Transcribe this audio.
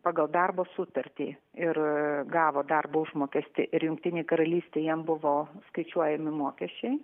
pagal darbo sutartį ir gavo darbo užmokestį ir jungtinėj karalystėj jam buvo skaičiuojami mokesčiai